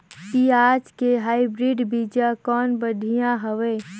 पियाज के हाईब्रिड बीजा कौन बढ़िया हवय?